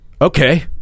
okay